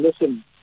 listen